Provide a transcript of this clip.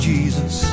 Jesus